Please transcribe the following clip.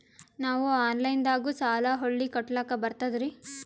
ನಾವು ಆನಲೈನದಾಗು ಸಾಲ ಹೊಳ್ಳಿ ಕಟ್ಕೋಲಕ್ಕ ಬರ್ತದ್ರಿ?